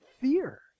fear